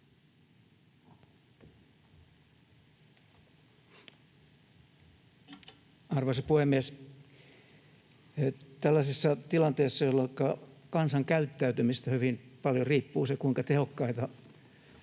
Arvoisa puhemies! Tällaisessa tilanteessa, jolloinka kansan käyttäytymisestä hyvin paljon riippuu se, kuinka tehokkaita